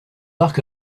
luck